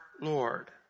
Lord